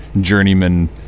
journeyman